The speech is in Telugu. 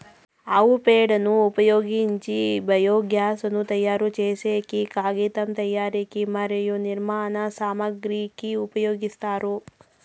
ఆవు పేడను ఉపయోగించి బయోగ్యాస్ ను తయారు చేసేకి, కాగితం తయారీకి మరియు నిర్మాణ సామాగ్రి కి ఉపయోగిస్తారు